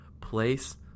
place